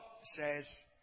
says